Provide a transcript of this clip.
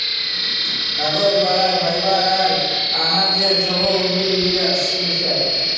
কাগজ বালায় ফাইবার আর গাহাচের ছব উদ্ভিদ গুলাকে মিশাঁয়